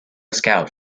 scout